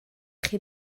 chi